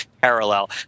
parallel